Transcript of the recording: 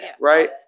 right